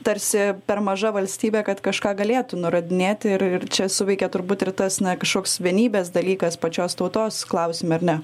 tarsi per maža valstybė kad kažką galėtų nurodinėti ir ir čia suveikia turbūt ir tas na kažkoks vienybės dalykas pačios tautos klausime ar ne